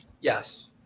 Yes